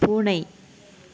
பூனை